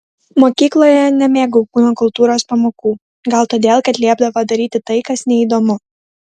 mokykloje nemėgau kūno kultūros pamokų gal todėl kad liepdavo daryti tai kas neįdomu